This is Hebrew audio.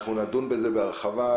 ואנחנו נדון בזה בהרחבה בהמשך.